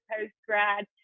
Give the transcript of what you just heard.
post-grad